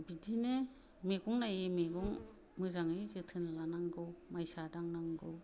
बिदिनो मैगं नाइयै मैगं मोजाङै जोथोन लानांगौ माइसा दांनांगौ